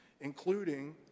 including